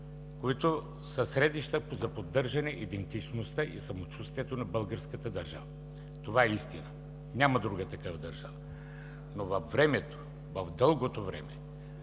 те са средища за поддържане идентичността и самочувствието на българската държава. Това е истина – няма друга такава държава. Във времето, в дългото време,